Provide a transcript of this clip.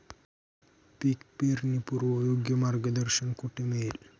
पीक पेरणीपूर्व योग्य मार्गदर्शन कुठे मिळेल?